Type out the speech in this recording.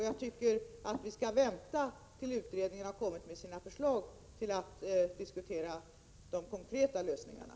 Jag anser att vi skall vänta med att diskutera de konkreta lösningarna till dess att utredaren har kommit med sina förslag.